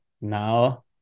now